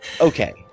Okay